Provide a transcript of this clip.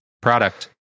Product